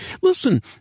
Listen